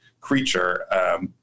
creature